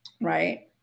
Right